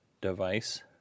device